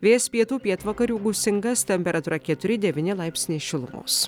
vėjas pietų pietvakarių gūsingas temperatūra keturi devyni laipsniai šilumos